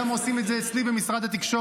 ועושים את זה גם אצלי במשרד התקשורת,